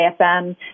AFM